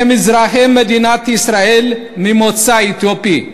הם אזרחי מדינת ישראל ממוצא אתיופי.